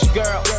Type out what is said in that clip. girl